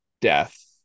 death